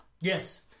Yes